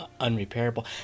unrepairable